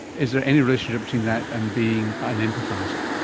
is there any relationship between that and being an empathiser?